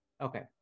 okay